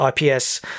IPS